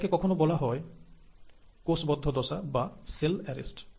এটাকে কখনো বলা হয় কোষবদ্ধ দশা বা সেল অ্যারেস্ট